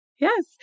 Yes